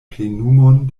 plenumon